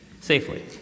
safely